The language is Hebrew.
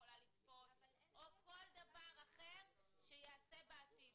יכולה לצםות או כל דבר אחר שייעשה בעתיד.